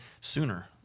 sooner